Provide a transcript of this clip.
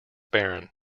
baron